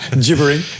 Gibbering